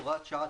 הוראת שעה,